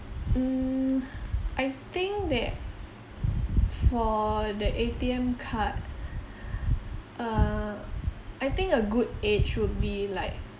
mm I think that for the A_T_M card uh I think a good age would be like